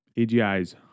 AGIs